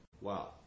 Wow